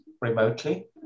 remotely